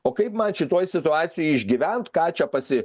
o kaip man šitoj situacijoj išgyvent ką čia pasi